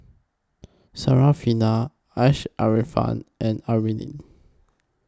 Syarafina Asharaff and Amrin